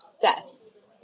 deaths